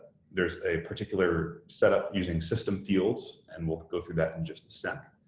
there's a particular setup using system fields, and we'll go through that in just a sec.